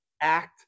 act